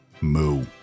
Moo